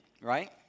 right